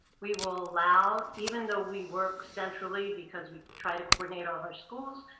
we will allow, even though we work centrally because we try to coordinate all of our schools,